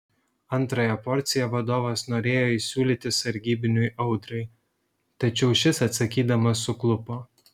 antrąją porciją vadovas norėjo įsiūlyti sargybiniui audrai tačiau šis atsakydamas suklupo